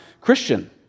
Christian